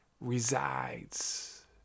resides